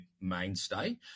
mainstay